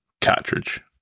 cartridge